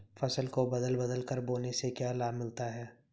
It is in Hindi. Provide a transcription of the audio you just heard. फसल को बदल बदल कर बोने से क्या लाभ मिलता है?